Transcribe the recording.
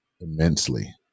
immensely